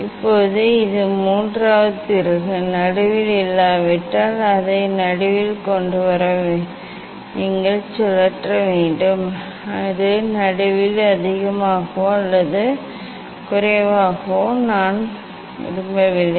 இப்போது இது மூன்றாவது திருகு நடுவில் இல்லாவிட்டால் அதை நடுவில் கொண்டு வர நீங்கள் சுழற்ற வேண்டும் அது நடுவில் அதிகமாகவோ அல்லது குறைவாகவோ நான் விரும்பவில்லை